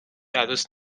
عروس